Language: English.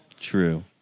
True